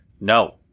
No